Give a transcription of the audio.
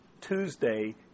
Tuesday